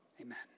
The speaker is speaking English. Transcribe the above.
amen